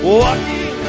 walking